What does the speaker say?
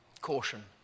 Caution